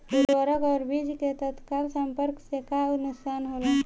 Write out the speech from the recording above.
उर्वरक और बीज के तत्काल संपर्क से का नुकसान होला?